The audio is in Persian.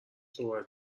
صحبت